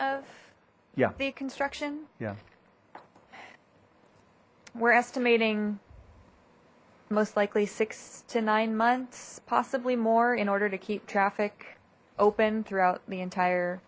of yeah the construction yeah we're estimating most likely six to nine months possibly more in order to keep traffic open throughout the entire